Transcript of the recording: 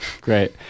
Great